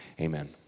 Amen